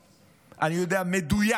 לכם, אני יודע מדויק,